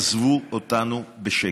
עזבו אותנו בשקט.